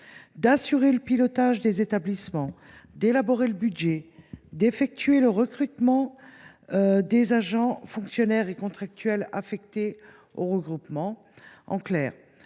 d’assurer le pilotage des établissements, d’élaborer le budget, d’effectuer le recrutement des agents fonctionnaires et contractuels affectés au regroupement.